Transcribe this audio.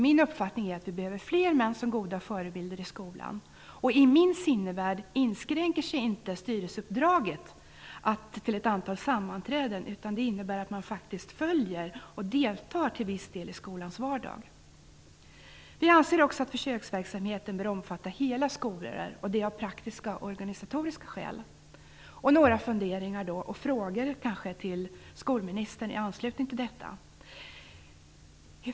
Min uppfattning är att vi behöver fler män som goda förebilder i skolan. I min sinnevärld inskränker sig inte styrelseuppdraget till ett antal sammanträden, utan det innebär att man faktiskt följer och till viss del deltar i skolans vardag. Vi anser också att försöksverksamheten bör omfatta hela skolor. Det är av praktiska organisatoriska skäl. Jag har några funderingar och frågor till skolministern i anslutning till detta.